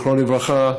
לברכה,